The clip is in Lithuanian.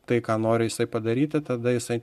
tai ką nori jisai padaryti tada jisai